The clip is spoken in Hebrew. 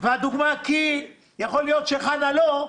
כי יכול להיות שחנה לא,